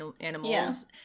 animals